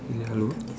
eh hello